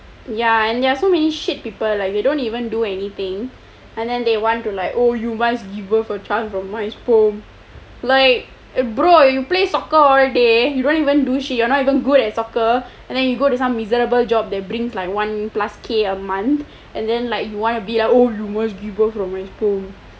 ya and there are so many shit people like they don't even do anything and then they want to like oh you must give birth to a child from my sperm like eh bro you play soccer all day you don't even do shit you are not even good at soccer and then you go to some miserable job that brings like one plus K a month and then like you wanna be like oh you must give birth from my sperm